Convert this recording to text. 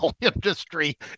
industry